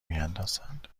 میاندازند